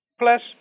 plus